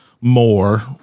more